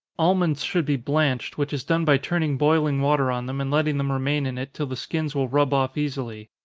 almonds should be blanched, which is done by turning boiling water on them, and letting them remain in it till the skins will rub off easily.